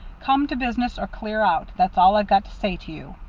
come to business, or clear out. that's all i've got to say to you.